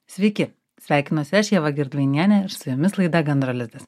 sveiki sveikinuosi aš ieva girdvainienė ir su jumis laida gandro lizdas